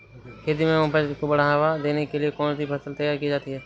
खेती में उपज को बढ़ावा देने के लिए कौन सी फसल तैयार की जा सकती है?